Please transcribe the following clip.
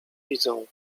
widzą